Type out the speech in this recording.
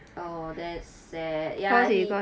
oh that's sad yeah he